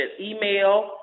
email